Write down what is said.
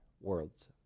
worlds